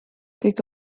kõik